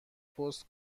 پست